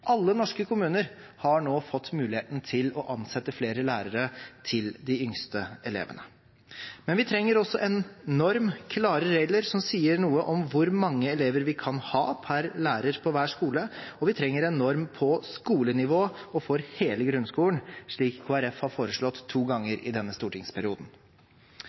Alle norske kommuner har nå fått muligheten til å ansette flere lærere til de yngste elevene. Men vi trenger også en norm, klare regler som sier noe om hvor mange elever vi kan ha per lærer på hver skole, og vi trenger en norm på skolenivå og for hele grunnskolen, slik Kristelig Folkeparti har foreslått to ganger i denne stortingsperioden.